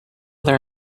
their